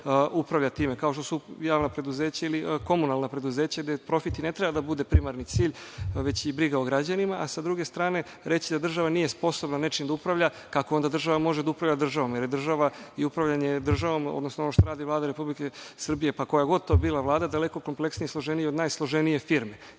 upravlja time, kao što su javna preduzeća ili komunalna preduzeća, gde profit i ne treba da bude primarni cilj, već i briga o građanima.S druge strane, reći da država nije sposobna nečim da upravlja, kako onda država može da upravlja državom? Jer je država i upravljanje državom, odnosno ovo što radi Vlada Republike Srbije, pa koja god to bila Vlada, daleko kompleksnija i složenija od najsloženije firme,